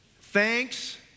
Thanks